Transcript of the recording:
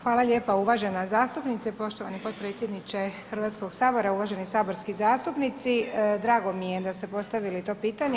Hvala lijepa uvažena zastupnice, poštovani potpredsjedniče Hrvatskog sabora, uvaženi saborski zastupnici drago mi je da ste postavili to pitanje.